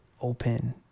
open